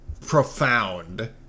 profound